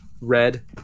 red